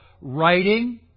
writing